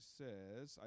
says